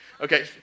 Okay